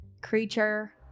creature